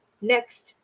next